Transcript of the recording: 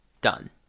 done